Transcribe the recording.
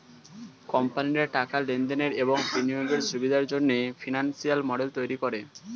কোম্পানিরা টাকার লেনদেনের এবং বিনিয়োগের সুবিধার জন্যে ফিনান্সিয়াল মডেল তৈরী করে